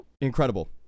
incredible